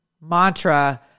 mantra